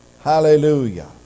Hallelujah